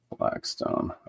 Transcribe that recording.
Blackstone